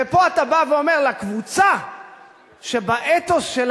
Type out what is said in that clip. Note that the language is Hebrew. ופה אתה בא ואומר: לקבוצה שבאתוס של